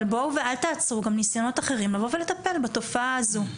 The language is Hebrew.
אבל בואו וגם אל תעצרו ניסיונות אחרים לבוא ולטפל בתופעה הזאת.